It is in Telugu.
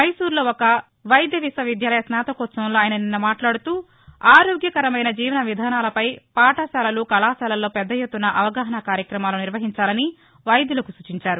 మైసూరులో ఒక వైద్య విశ్వవిద్యాలయ స్నాతకోత్సవంలో ఆయన నిన్న మాట్లాడుతూ ఆరోగ్యకరమైన జీవన విధానాల పై పాఠశాలలు కళాశాలల్లో పెద్ద ఎత్తున అవగాహన కార్యక్రమాలు నిర్వహించాలని వైద్యులకు సూచించారు